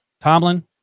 Tomlin